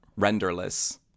renderless